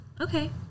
Okay